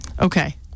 okay